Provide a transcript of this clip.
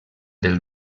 del